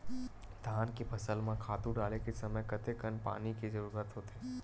धान के फसल म खातु डाले के समय कतेकन पानी के जरूरत होथे?